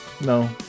No